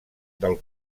del